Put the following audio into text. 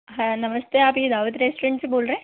हाँ नमस्ते आप ये दावत रेस्टोरेंट से बोल रहे